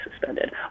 suspended